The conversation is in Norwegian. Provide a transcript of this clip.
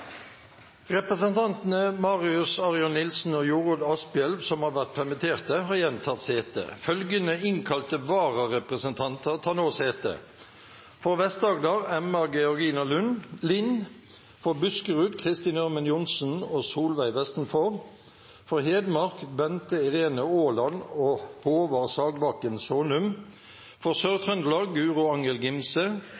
Representantene Marius Arion Nilsen og Jorodd Asphjell , som har vært permitterte, har igjen tatt sete. Følgende innkalte vararepresentanter tar nå sete: For Vest-Agder: Emma Georgina Lind For Buskerud: Kristin Ørmen Johnsen og Solveig Vestenfor For Hedmark: Bente Irene Aaland og Håvard Sagbakken Saanum For